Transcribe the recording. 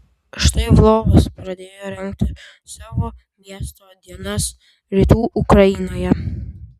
štai lvovas pradėjo rengti savo miesto dienas rytų ukrainoje